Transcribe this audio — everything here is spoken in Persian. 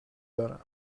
دارم